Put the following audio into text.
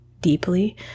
deeply